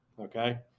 Okay